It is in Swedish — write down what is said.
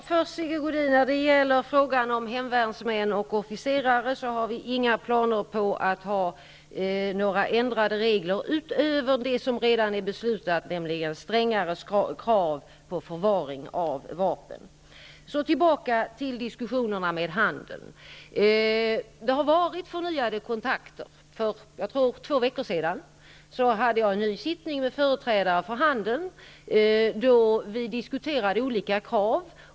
Fru talman! När det gäller hemvärnsmän och officerare, Sigge Godin, har vi inga planer på att ändra reglerna utöver det som man redan har fattat beslut om, nämligen strängare krav på förvaring av vapen. Så till diskussionerna med handeln. Det har skett förnyade kontakter. För drygt två veckor sedan hade jag en ny sittning med företrädare för handeln. Vi diskuterade olika krav.